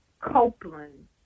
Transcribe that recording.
Copeland